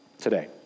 today